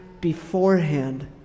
beforehand